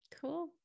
cool